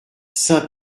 saint